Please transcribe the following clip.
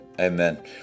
Amen